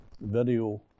video